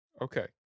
Okay